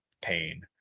pain